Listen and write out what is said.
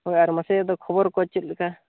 ᱦᱳᱭ ᱟᱨ ᱢᱟᱥᱮ ᱫᱚ ᱠᱷᱚᱵᱳᱨ ᱫᱚ ᱪᱮᱫ ᱞᱮᱠᱟ